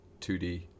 2D